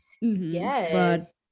Yes